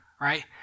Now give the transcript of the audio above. right